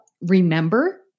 remember